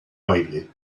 baile